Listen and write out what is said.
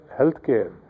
healthcare